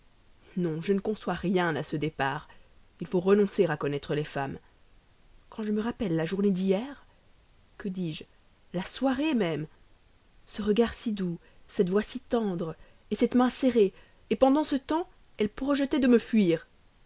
non je ne conçois rien à ce départ il faut renoncer à connaître les femmes quand je me rappelle la journée d'hier que dis-je la soirée même ce regard si doux cette voix si tendre cette main serrée pendant ce temps elle projetait de me fuir